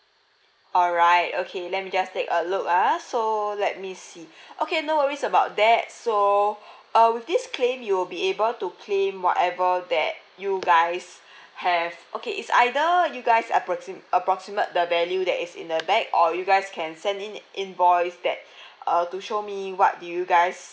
alright okay let me just take a look ah so let me see okay no worries about that so uh with this claim you'll be able to claim whatever that you guys have okay it's either you guys approxi~ approximate the value that is in the bag or you guys can send in invoice that uh to show me what do you guys